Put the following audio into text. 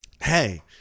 Hey